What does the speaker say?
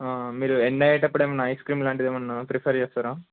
మీరు ఎండ్ అయ్యేటప్పుడు ఏమన్న ఐస్ క్రీమ్ లాంటిది ఏమన్న ప్రిఫర్ చేస్తారా